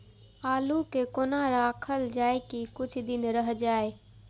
आलू के कोना राखल जाय की कुछ दिन रह जाय?